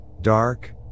dark